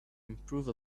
improve